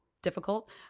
difficult